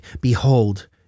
behold